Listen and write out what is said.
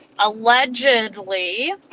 allegedly